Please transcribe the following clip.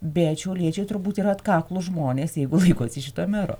bet šiauliečiai turbūt yra atkaklūs žmonės jeigu laikosi šito mero